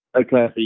Okay